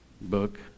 book